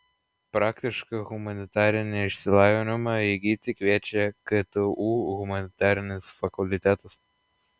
praktišką humanitarinį išsilavinimą įgyti kviečia ktu humanitarinis fakultetas